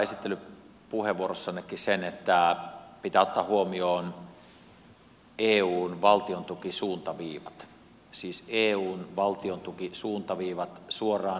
mainitsitte esit telypuheenvuorossannekin sen että pitää ottaa huomioon eun valtiontukisuuntaviivat siis eun valtiontukisuuntaviivat suoraan sosiaalipolitiikassa